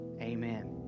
Amen